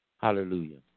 Hallelujah